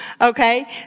okay